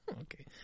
Okay